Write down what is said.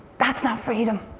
that's not freedom.